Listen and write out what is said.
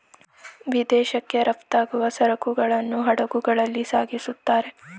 ವಿದೇಶಕ್ಕೆ ರಫ್ತಾಗುವ ಸರಕುಗಳನ್ನು ಹಡಗುಗಳಲ್ಲಿ ಸಾಗಿಸುತ್ತಾರೆ